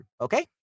Okay